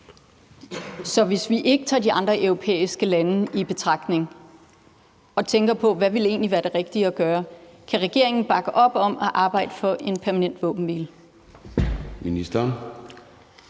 Så hvis vi ikke tager de andre europæiske lande i betragtning og tænker på, hvad der egentlig ville være det rigtige at gøre, kan regeringen så bakke op om at arbejde for en permanent våbenhvile?